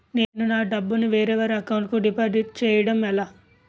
నేను నా డబ్బు ని వేరే వారి అకౌంట్ కు డిపాజిట్చే యడం ఎలా?